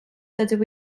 dydw